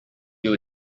you